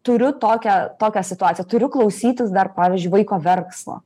turiu tokią tokią situaciją turiu klausytis dar pavyzdžiui vaiko verksmo